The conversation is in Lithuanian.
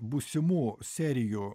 būsimų serijų